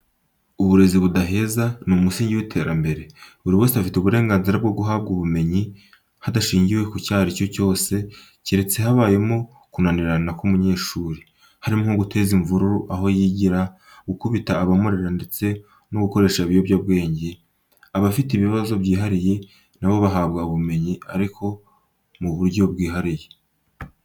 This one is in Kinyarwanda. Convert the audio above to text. Uburezi budaheza ni umusingi w'iterambere. Buri wese afite uburenganzira bwo guhabwa ubumenyi, hadashingiwe kucyo ari cyo cyose keretse habayeho kunanirana k'umunyeshuri, harimo nko guteza imvururu aho yigira, gukubita abamurera ndetse no gukoresha ibiyobyabwenge, abafite ibibazo byihariwe n'abo bahabwa ubumenyi ariko mu buryo bwihariye.